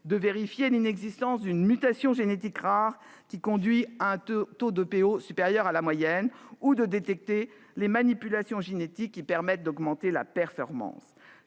de vérifier l'inexistence d'une mutation génétique rare conduisant à un taux d'érythropoïétine (EPO) supérieur à la moyenne, ou de détecter les manipulations génétiques qui permettent d'augmenter la performance.